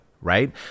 Right